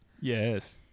Yes